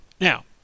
Now